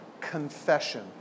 confession